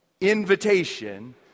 invitation